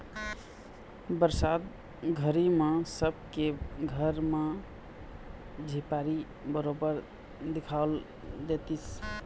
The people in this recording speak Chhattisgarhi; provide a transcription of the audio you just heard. बरसात घरी म सबे के घर म झिपारी बरोबर दिखउल देतिस